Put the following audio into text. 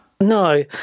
No